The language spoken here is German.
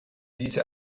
diese